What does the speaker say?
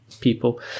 people